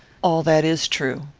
all that is true.